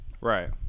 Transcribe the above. Right